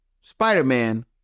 Spider-Man